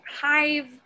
hive